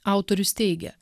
autorius teigia